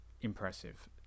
impressive